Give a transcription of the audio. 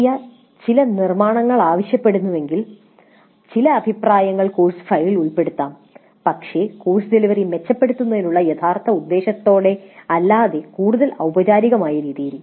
പ്രക്രിയ ചില നിർമ്മാണങ്ങൾ ആവശ്യപ്പെടുന്നുവെങ്കിൽ ചില അഭിപ്രായങ്ങൾ കോഴ്സ് ഫയലിൽ ഉൾപ്പെടുത്താം പക്ഷേ കോഴ്സ് ഡെലിവറി മെച്ചപ്പെടുത്തുന്നതിനുള്ള യഥാർത്ഥ ഉദ്ദേശ്യത്തോടെയല്ലാതെ കൂടുതൽ ഔപചാരികമായ രീതിയിൽ